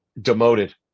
demoted